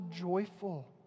joyful